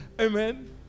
Amen